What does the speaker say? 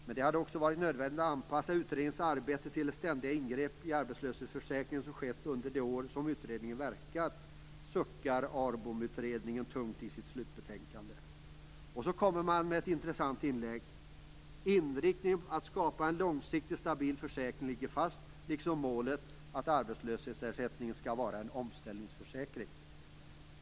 Men det har också varit nödvändigt att anpassa utredningens arbete till de ständiga ingrepp i arbetslöshetsförsäkringen som skett under de år som utredningen verkat, suckar ARBOM utredningen tungt i sitt slutbetänkande. Och sedan kommer man med ett intressant inlägg: "Inriktningen att skapa en långsiktig, stabil försäkring ligger fast, liksom målet att arbetslöshetsersättningen skall vara en omställningsförsäkring.